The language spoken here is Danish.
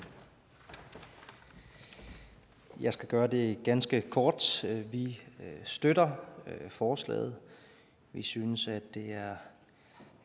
Jeg skal gøre det ganske kort. Vi støtter forslaget. Vi synes, det er